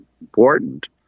important